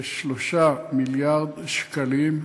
כ-3 מיליארד שקלים,